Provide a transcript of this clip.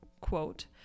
quote